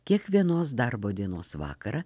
kiekvienos darbo dienos vakarą